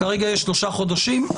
כרגע יש שלושה חודשים.